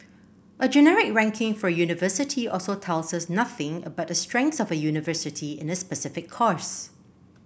a generic ranking for a university also tells us nothing about the strengths of a university in a specific course